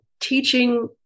teaching